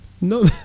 No